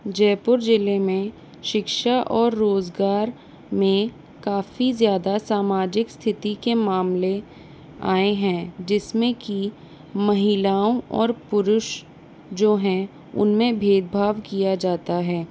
जयपुर जिले में शिक्षा और रोज़गार में काफ़ी ज़्यादा समाजिक स्तिथि के मामले आये हैं जिसमें की महिलाओं और पुरुष जो हैं उनमें भेदभाव किया जाता है